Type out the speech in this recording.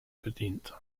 bedient